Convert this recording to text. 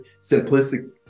simplistic